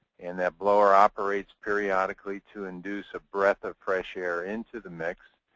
and that blower operates periodically to induce a breath of fresh air into the mix.